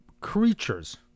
creatures